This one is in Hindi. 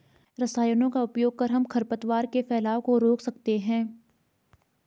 रसायनों का उपयोग कर हम खरपतवार के फैलाव को रोक सकते हैं